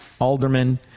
aldermen